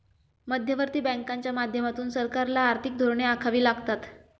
मध्यवर्ती बँकांच्या माध्यमातून सरकारला आर्थिक धोरणे आखावी लागतात